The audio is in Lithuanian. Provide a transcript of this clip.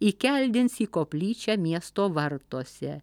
įkeldins į koplyčią miesto vartuose